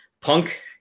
Punk